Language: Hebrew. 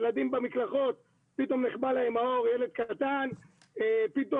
ילדים במקלחות פתאום נכבה להם האור והילדים פשוט קופאים במקום.